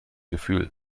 gefühl